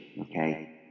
okay